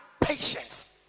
patience